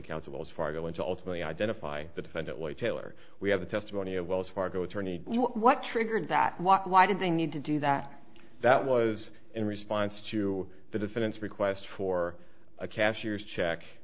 council's fargo insultingly identify the defendant lee taylor we have the testimony of wells fargo attorney what triggered that what why did they need to do that that was in response to the defendant's request for a cashier's check